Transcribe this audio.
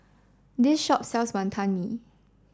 this shop sells Wonton Mee